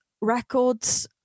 Records